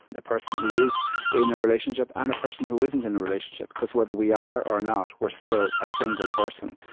a person who is in a relationship and a person who isn't in a relationship, because whether we are or not, we're still a single person.